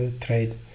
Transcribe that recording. trade